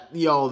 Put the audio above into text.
yo